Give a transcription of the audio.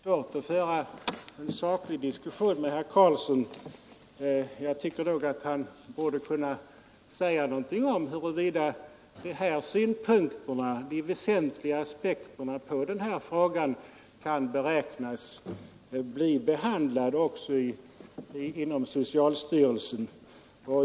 Fru talman! Det är svårt att föra en saklig diskussion med herr Karlsson i Huskvarna. Jag anser nog att han borde kunna säga något om huruvida de väsentliga aspekterna på denna fråga kan beräknas bli behandlade också inom socialstyrelsen.